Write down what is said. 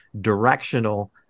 directional